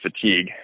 fatigue